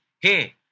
hey